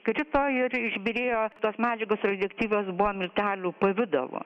krito ir išbyrėjo tos medžiagos radioaktyvios buvo miltelių pavidalo